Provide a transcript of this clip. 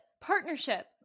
Partnership